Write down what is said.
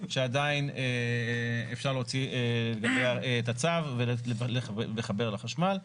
שעדיין אפשר להוציא לגביה את הצו ולחבר לחשמל.